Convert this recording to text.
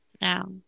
now